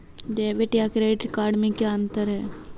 Debit या credit card में क्या अन्तर है?